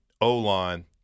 O-line